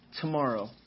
tomorrow